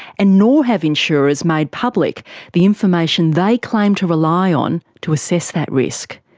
and nor have insurers made public the information they claim to rely on to assess that risk,